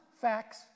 facts